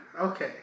Okay